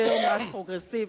יותר מס פרוגרסיבי,